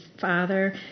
father